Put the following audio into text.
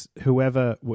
Whoever